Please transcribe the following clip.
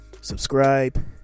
subscribe